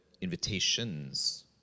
Invitations